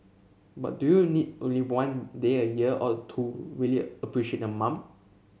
but do you need only one day a year all to really appreciate your mom